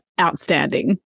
outstanding